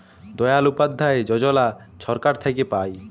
দয়াল উপাধ্যায় যজলা ছরকার থ্যাইকে পায়